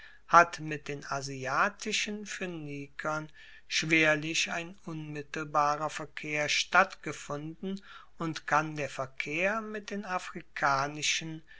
hat mit den asiatischen phoenikern schwerlich ein unmittelbarer verkehr stattgefunden und kann der verkehr mit den afrikanischen